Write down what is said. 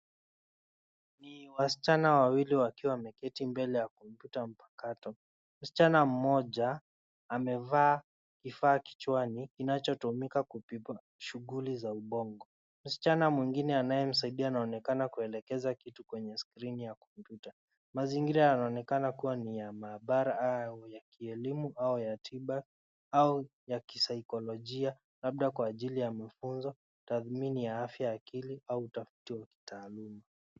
Ni waschana wawili wakiwa wameketi mbele ya kompyuta mpakato. Mschana mmoja amevaa kifaa kichani kinachotumika kupima shughuli za ubongo. Mschana mwingine anayemsaidia anaonekana kuelekeza kitu kwenye skrini ya kompyuta. Mazingira yanaonekana kuwa ni ya maabara au ya kielimu au ya tiba au ya kisaikolojia labda kwa ajili ya mafunzo, tathmini ya afya ya kiakili au utafiti wa kitaaluma.